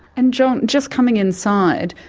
and john, just coming inside,